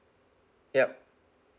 yup